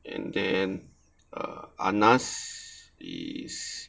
and then err anas is